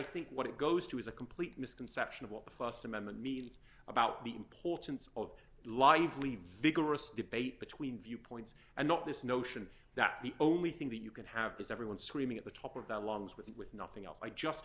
think what it goes to is a complete misconception of what the st amendment means about the importance of lively vigorous debate between viewpoints and not this notion that the only thing that you can have is everyone screaming at the top of that longs with it with nothing else i just